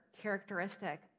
characteristic